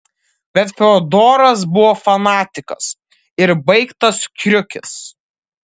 bet fiodoras buvo fanatikas ir baigtas kriukis